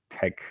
tech